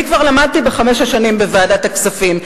אני כבר למדתי בחמש השנים שלי בוועדת הכספים,